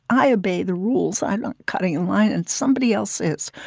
i obey the rules. i'm not cutting in line, and somebody else is